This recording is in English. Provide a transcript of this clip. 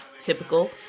typical